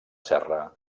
serra